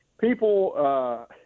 people –